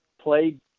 played